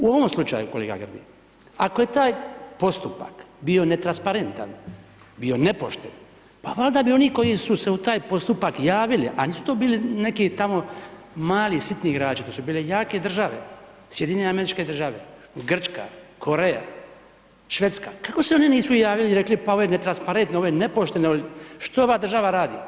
U ovom slučaju kolega Grbin, ako je taj postupak bio netransparentan, bio nepošten, pa valjda bi oni koji su se u taj postupak javili, a nisu to bili neki tamo mali sitni igrači to su bile jake države, SAD, Grčka, Koreja, Švedska, kako se oni nisu javili i rekli pa ovo je netransparentno ovo je nepošteno što ova država radi.